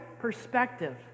perspective